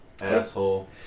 asshole